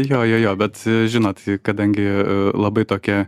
jo jo jo bet žinot kadangi labai tokia